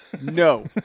No